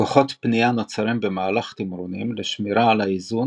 כוחות פנייה נוצרים במהלך תמרונים לשמירה על האיזון